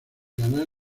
ganar